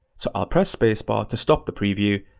so i'll press space bar to stop the preview,